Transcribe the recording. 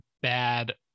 bad